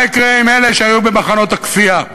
מה יקרה עם אלה שהיו במחנות הכפייה?